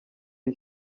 iri